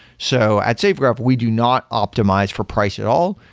so at safegraph, we do not optimize for price at all.